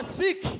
sick